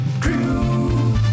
crew